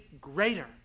greater